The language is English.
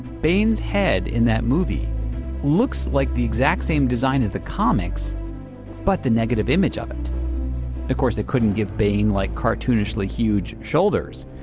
bane's head in that movie looks like the exact same design of the comics but the negative image of it of course they couldn't give bane like, cartoonishly huge shoulders.